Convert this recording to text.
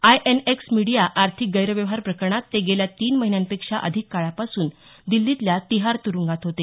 INX media आर्थिक गैरव्यवहार प्रकरणात ते गेल्या तीन महिन्यांपेक्षा अधिक काळापासून दिल्लीतल्या तिहार तुरुंगात होते